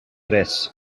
res